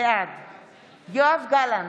בעד יואב גלנט,